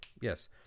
yes